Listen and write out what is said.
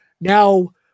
Now